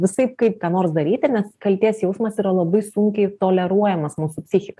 visaip kaip ką nors daryti nes kaltės jausmas yra labai sunkiai toleruojamas mūsų psichikai